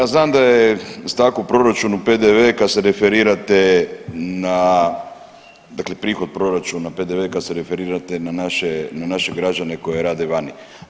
Ja znam da je u takvom proračunu PDV kad se referirate na, dakle prihod proračuna, PDV, kad se referirate na naše građane koji rade vani.